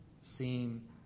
seem